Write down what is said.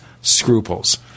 scruples